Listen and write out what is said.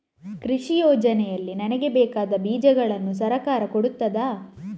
ಕೃಷಿ ಯೋಜನೆಯಲ್ಲಿ ನನಗೆ ಬೇಕಾದ ಬೀಜಗಳನ್ನು ಸರಕಾರ ಕೊಡುತ್ತದಾ?